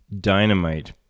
dynamite